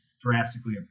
drastically